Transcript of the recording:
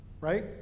right